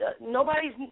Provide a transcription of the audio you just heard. nobody's